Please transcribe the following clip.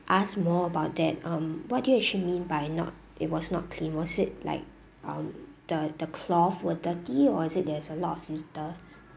ask more about that um what do you actually mean by not it was not clear was it like um the the cloth were dirty or is it there's a lot of litters